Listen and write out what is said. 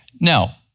Now